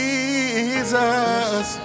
Jesus